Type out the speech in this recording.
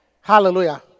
Hallelujah